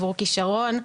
עבור כשרון,